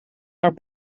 haar